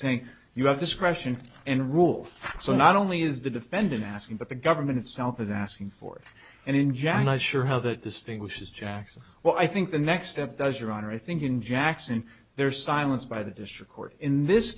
saying you have discretion and rule so not only is the defendant asking but the government itself is asking for it and in general i sure how that distinguishes jackson well i think the next step does your honor i think in jackson there's silence by the district court in this